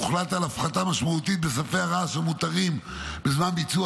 הוחלט על הפחתה משמעותית בספי הרעש המותרים בזמן ביצוע